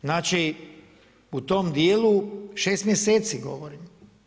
Znači u tom dijelu 6 mjeseci govorim.